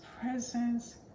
presence